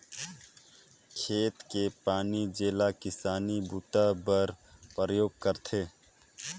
खेत के पानी जेला किसानी बूता बर परयोग करथे